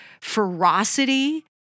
ferocity